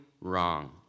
wrong